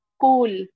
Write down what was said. cool